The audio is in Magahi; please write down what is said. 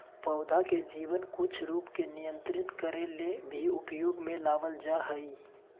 पौधा के जीवन कुछ रूप के नियंत्रित करे ले भी उपयोग में लाबल जा हइ